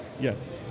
Yes